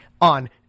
on